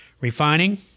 refining